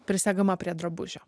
prisegama prie drabužio